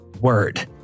word